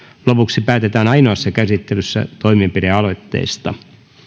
lopuksi päätetään ainoassa käsittelyssä toimenpidealoitteesta